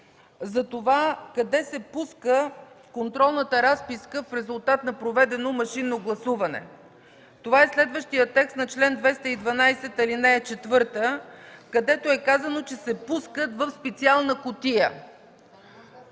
– къде се пуска контролната разписка в резултат на проведено машинно гласуване? Това е следващият текст на чл. 212, ал. 4, където е казано, че се пускат в „специална кутия”.